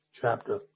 chapter